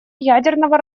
ядерного